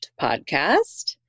Podcast